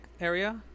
area